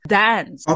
dance